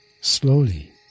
slowly